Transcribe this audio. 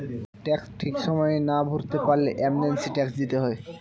tax ঠিক সময়ে না ভরতে পারলে অ্যামনেস্টি ট্যাক্স দিতে হয়